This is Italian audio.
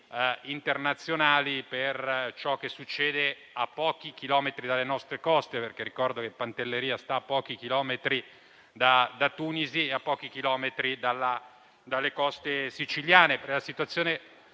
internazionali per ciò che succede a pochi chilometri dalle nostre coste. Ricordo, infatti, che Pantelleria è a pochi chilometri da Tunisi e a pochi chilometri dalle coste siciliane.